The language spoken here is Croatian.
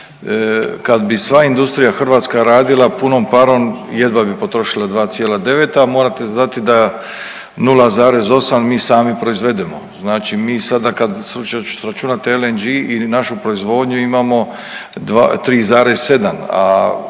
kad bi sva industrija hrvatska radila punom parom jedva bi potrošila 2,9, a morate znati da 0,8 mi sami proizvedemo, znači mi sada kad sračunate LNG i našu proizvodnju imamo 3,7, a